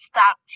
Stop